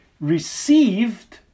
received